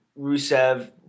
Rusev